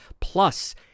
plus